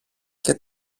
και